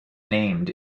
named